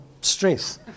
stress